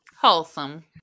Wholesome